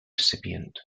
recipient